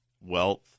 wealth